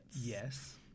Yes